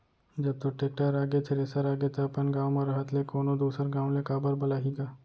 जब तोर टेक्टर आगे, थेरेसर आगे त अपन गॉंव म रहत ले कोनों दूसर गॉंव ले काबर बलाही गा?